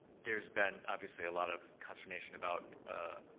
there's been obviously a lot of consternation about